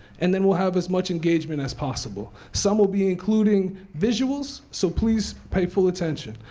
and then we'll have as much engagement as possible. some will be including visuals, so please pay full attention.